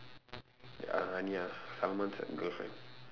girlfriend